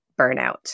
burnout